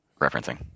referencing